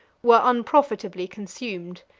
were unprofitably consumed.